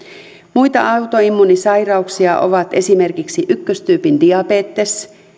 muita autoimmuunisairauksia ovat esimerkiksi ykköstyypin diabetes